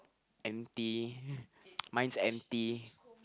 empty mine's empty